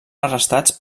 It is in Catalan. arrestats